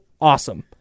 awesome